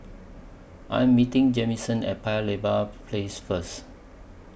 I Am meeting Jamison At Paya Lebar Place First